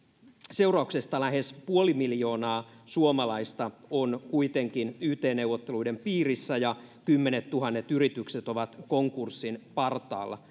seurauksena lähes puoli miljoonaa suomalaista on kuitenkin yt neuvotteluiden piirissä ja kymmenettuhannet yritykset ovat konkurssin partaalla